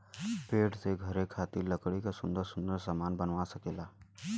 पेड़ से घरे खातिर लकड़ी क सुन्दर सुन्दर सामन बनवा सकेला